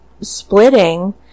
splitting